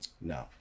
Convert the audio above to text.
No